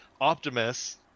Optimus